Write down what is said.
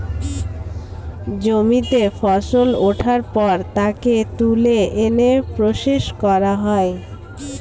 জমিতে ফসল ওঠার পর তাকে তুলে এনে প্রসেস করা হয়